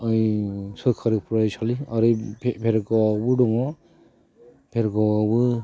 सरखारि फरायसालि आरो भेरगावआवबो दङ भेरगावआवबो